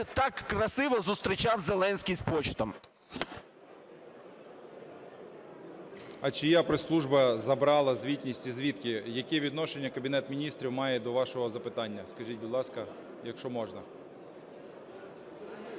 так красиво зустрічав Зеленський з почтом? 11:18:49 ШМИГАЛЬ Д.А. А чия прес-служба забрала звітність і звідки? Яке відношення Кабінет Міністрів має до вашого запитання, скажіть, будь ласка, якщо можна?